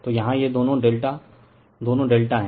तो यहाँ यह दोनों ∆ दोनों ∆है